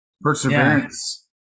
perseverance